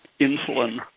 Insulin